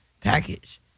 package